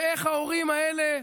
ואיך ההורים האלה,